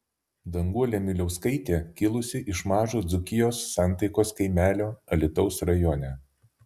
danguolė miliauskaitė kilusi iš mažo dzūkijos santaikos kaimelio alytaus rajone